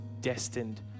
destined